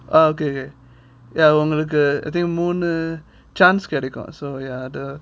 oh okay okay ya உங்களுக்கு:ungaluku I think மூணு:moonu chance கிடைக்கும்:kedaikum so yeah அது:adhu